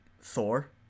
Thor